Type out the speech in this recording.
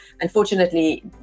unfortunately